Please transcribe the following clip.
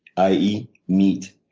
i e. meat.